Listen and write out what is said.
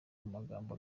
amagambo